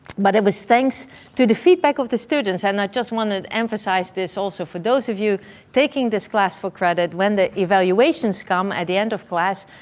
but it was thanks to the feedback of the students and i just wanna emphasize this also, for those of you taking this class for credit, when the evaluations come at the end of class,